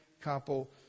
couple